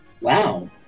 Wow